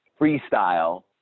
freestyle